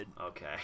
okay